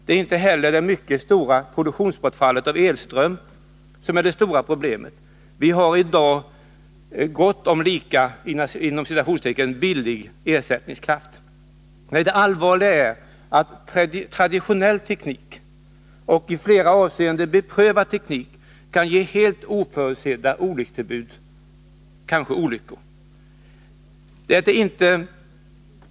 Det är inte heller det mycket stora bortfallet i elströmsproduktionen som är det stora problemet. Vi har i dag gott om lika ”billig” ersättningskraft. Nej, det allvarliga är att traditionell teknik och i flera avseenden beprövad teknik kan ge helt oförutsedda olyckstillbud — kanske olyckor.